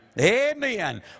Amen